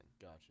gotcha